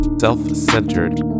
Self-centered